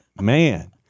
Man